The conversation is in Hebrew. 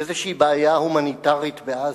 איזו בעיה הומניטרית בעזה.